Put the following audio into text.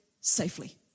safely